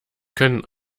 können